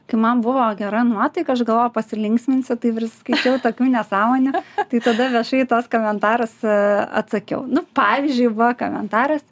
kai man buvo gera nuotaika aš galvoju pasilinksminsiu tai skaičiau tokių nesąmonių tai tada viešai į tuos komentarus atsakiau nu pavyzdžiui buvo komentaras